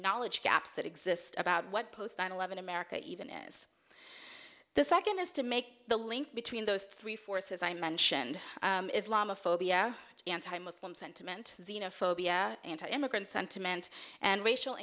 knowledge gaps that exist about what post nine eleven america even is the second is to make the link between those three forces i mentioned islamophobia anti muslim sentiment zina phobia anti immigrant sentiment and racial